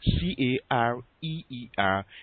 C-A-R-E-E-R